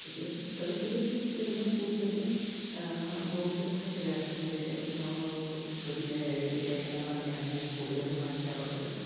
പുതിയ പുസ്തകത്തിലേക്ക് എത്തിച്ചേരുന്നതു കൂടുതലും ബോബി ജോസ് കട്ടിയാടച്ചന്റെ നോ കൃതിയായ ലേഖനങ്ങളൊക്കെയാണ് ഞാന് കൂടുതലും വായിക്കാറുള്ളത്